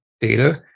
data